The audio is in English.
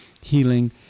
healing